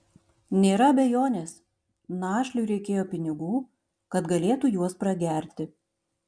nėra abejonės našliui reikėjo pinigų kad galėtų juos pragerti